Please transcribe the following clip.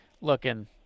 looking